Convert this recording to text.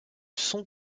son